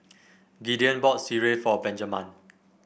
Gideon bought Sireh for Benjaman